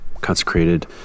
consecrated